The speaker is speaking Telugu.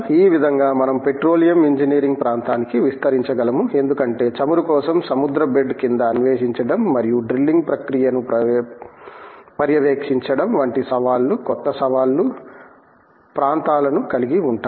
ఈ విధంగా మనం పెట్రోలియం ఇంజనీరింగ్ ప్రాంతానికి విస్తరించగలము ఎందుకంటే చమురు కోసం సముద్ర బేడ్ క్రింద అన్వేషించడం మరియు డ్రిల్లింగ్ ప్రక్రియను పర్యవేక్షించడం వంటి సవాళ్లు కొత్త సవాలు ప్రాంతాలను కలిగి ఉంటాయి